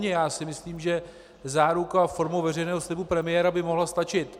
Já si myslím, že záruka formou veřejného slibu premiéra by mohla stačit.